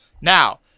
Now